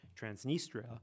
Transnistria